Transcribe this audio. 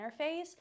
interface